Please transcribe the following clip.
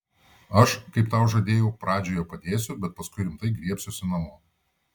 aš kaip tau žadėjau pradžioje padėsiu bet paskui rimtai griebsiuosi namo